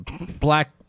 Black